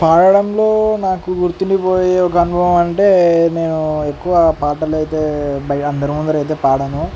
పాడడంలో నాకు గుర్తుండిపోయే ఒక అనుభవం అంటే నేను ఎక్కువ పాటలు అయితే అందరి ముందరైతే పాడను